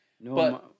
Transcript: no